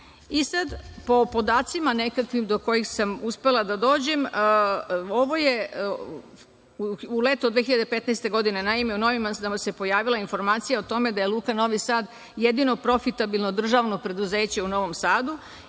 nekakvim podacima do kojih sam uspela da dođem, u leto 2015. godine u novinama se pojavila informacija da je Luka Novi Sad jedino profitabilno državno preduzeće u Novom Sadu